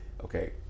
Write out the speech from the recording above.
okay